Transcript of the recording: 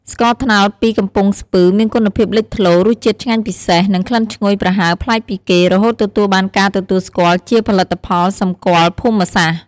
ស្ករត្នោតពីកំពង់ស្ពឺមានគុណភាពលេចធ្លោ រសជាតិឆ្ងាញ់ពិសេស និងក្លិនឈ្ងុយប្រហើរប្លែកពីគេ រហូតទទួលបានការទទួលស្គាល់ជាផលិតផលសម្គាល់ភូមិសាស្ត្រ។